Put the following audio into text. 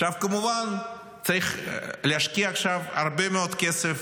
עכשיו, כמובן שצריך להשקיע עכשיו הרבה מאוד כסף